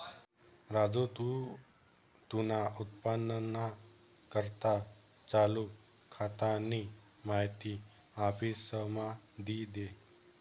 राजू तू तुना उत्पन्नना करता चालू खातानी माहिती आफिसमा दी दे